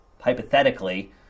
hypothetically